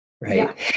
right